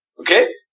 Okay